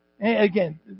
Again